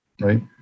right